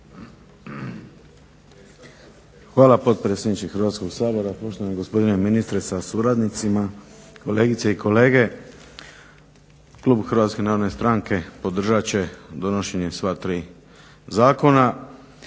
Hvala potpredsjedniče Hrvatskog sabora. Poštovani gospodine ministre sa suradnicima, kolegice i kolege. Klub HNS-a podržat će donošenje sva tri zakona.